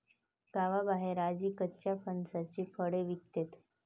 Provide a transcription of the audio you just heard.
गावाबाहेर आजी कच्च्या फणसाची फळे विकते